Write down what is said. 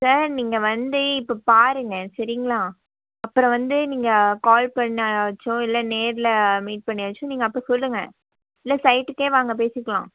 sir நீங்கள் வந்து இப்போ பாருங்கள் சரிங்களா அப்புறம் வந்து நீங்கள் கால் பண்ணாச்சும் இல்லை நேரில் மீட் பண்ணியாச்சும் நீங்கள் அப்போ சொல்லுங்கள் இல்லை சைட்டுக்கே வாங்க பேசிக்கலாம்